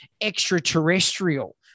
extraterrestrial